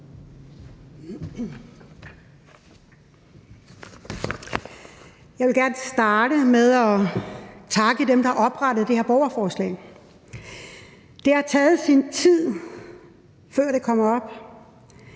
Jeg vil gerne starte med at takke dem, der har oprettet det her borgerforslag. Det har taget sin tid, før det blev